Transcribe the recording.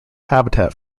habitat